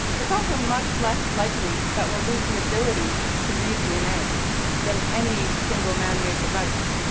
it's also much less likely that we'll lose the ability to read dna than any single man-made device.